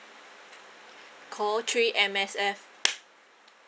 call three M_S_F